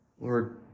Lord